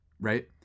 right